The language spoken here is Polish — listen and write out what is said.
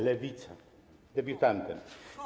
Lewica... Debiutantką.